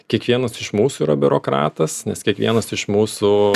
kiekvienas iš mūsų yra biurokratas nes kiekvienas iš mūsų